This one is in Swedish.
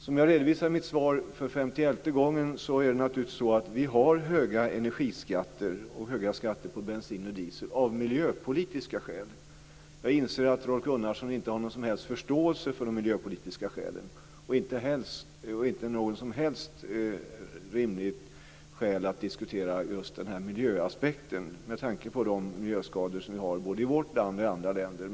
Som jag redovisar i mitt svar för femtioelfte gången är det naturligtvis så att vi har höga energiskatter och höga skatter på bensin och diesel av miljöpolitiska skäl. Jag inser att Rolf Gunnarsson inte har någon som helst förståelse för de miljöpolitiska skälen och inte något som helst rimligt skäl att diskutera just miljöaspekten med tanke på de miljöskador som vi har både i vårt land och i andra länder.